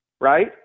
Right